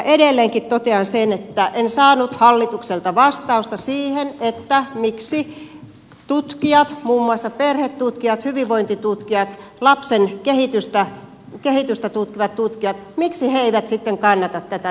edelleenkin totean sen että en saanut hallitukselta vastausta siihen miksi tutkijat muun muassa perhetutkijat hyvinvointitutkijat lapsen kehitystä tutkivat tutkijat eivät sitten kannata tätä teidän mallianne